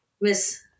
Miss